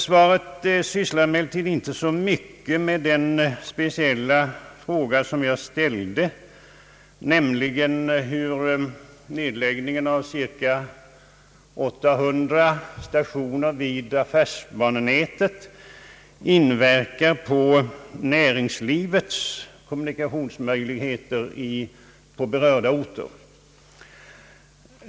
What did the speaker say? Svaret sysslar emellertid inte så mycket med den speciella fråga som jag ställde, nämligen hur nedläggningen av cirka 800 stationer på affärsbanelinjerna inverkar på näringslivets kommunikationsmöjligheter på berörda orter.